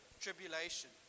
tribulation